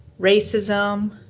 racism